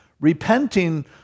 repenting